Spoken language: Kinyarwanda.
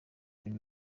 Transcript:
bintu